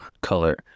color